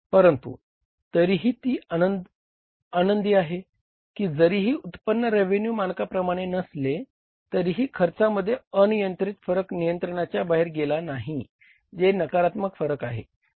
परंतु तरीही ती आनंदी आहे की जरीही उत्पन्न रेवेन्यू मानकाप्रमाणे नसले तरीही खर्चामध्ये अनियंत्रित फरक नियंत्रणाच्या बाहेर गेला नाही ते नकारात्मक फरक आहे